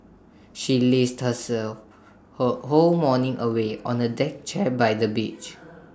she lazed her whole morning away on A deck chair by the beach